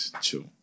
chill